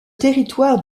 territoire